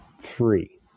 three